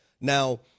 Now